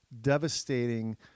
Devastating